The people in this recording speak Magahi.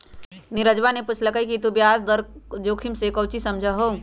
नीरजवा ने पूछल कई कि तू ब्याज दर जोखिम से काउची समझा हुँ?